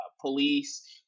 police